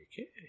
Okay